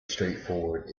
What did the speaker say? straightforward